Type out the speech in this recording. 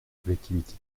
collectivités